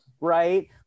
right